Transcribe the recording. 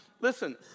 listen